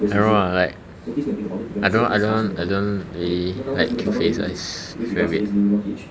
I don't know lah like I don't I don't I don't really like cute faces it's very weird